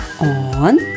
on